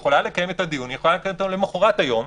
הכנסת יכולה לקיים את הדיון למוחרת היום.